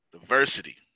Diversity